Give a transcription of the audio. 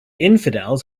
infidels